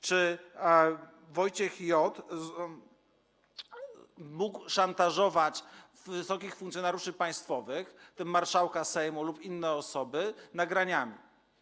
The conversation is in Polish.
Czy Wojciech J. mógł szantażować wysokich funkcjonariuszy państwowych, w tym marszałka Sejmu lub inne osoby, nagraniami?